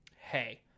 hey